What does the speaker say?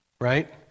right